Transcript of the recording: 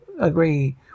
agree